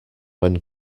when